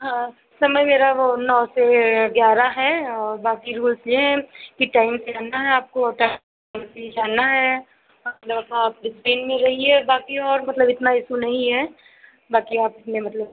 हाँ समय मेरा वो नौ से ग्यारह है और बाकी रूल्स डईहताे़ ये हैं कि कहीं जाना है आपको और टाइम से ही जाना है आप इस टीम में रहिए बाकी और मतलब इतना ईसू नहीं है बाकी आप अपने मतलब